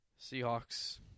Seahawks